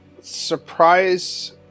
Surprise